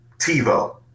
TiVo